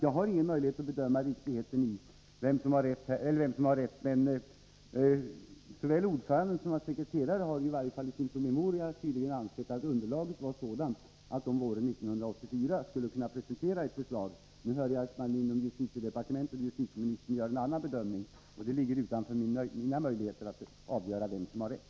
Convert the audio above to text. Jag har ingen möjlighet att bedöma vem som har rätt, men såväl ordföranden som sekreteraren anser tydligen, i varje fall i sin promemoria, att underlaget är sådant att de våren 1984 skulle kunna presentera ett förslag. Jag hör nu att justitieministern och justitiedepartementet gör en annan bedömning. Det ligger alltså utanför mina möjligheter att avgöra vem som har rätt.